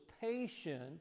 patient